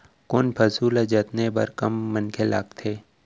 कोन पसु ल जतने बर कम मनखे लागथे?